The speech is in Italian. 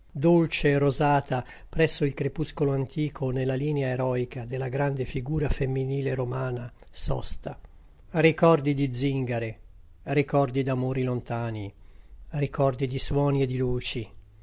dolce e rosata presso il crepuscolo antico ne la linea eroica de la grande figura femminile romana sosta ricordi di zingare ricordi d'amori lontani ricordi di suoni e di luci